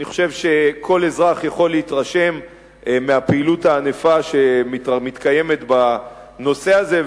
אני חושב שכל אזרח יכול להתרשם מהפעילות הענפה שמתקיימת בנושא הזה,